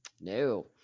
No